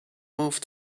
move